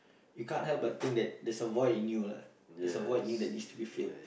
you can't help but think that there's a void in you lah there's a void in you that needs to be filled